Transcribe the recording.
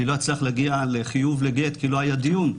אני לא צריך להגיע לחיוב לגט כי לא היה דיון,